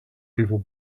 people